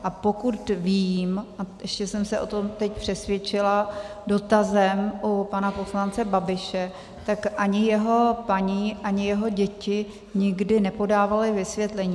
A pokud vím, a ještě jsem se o tom teď přesvědčila dotazem u pana poslance Babiše, tak ani jeho paní, ani jeho děti nikdy nepodávaly vysvětlení.